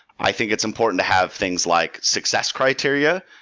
i think it's important to have things like success criteria.